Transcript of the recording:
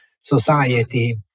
society